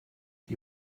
die